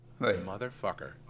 motherfucker